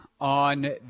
on